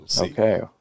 okay